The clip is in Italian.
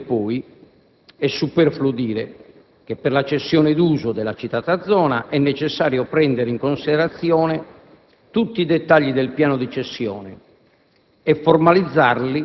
La lettera conclude poi: «È superfluo dire che, per la cessione d'uso della citata zona, è necessario prendere in considerazione tutti i dettagli del piano di cessione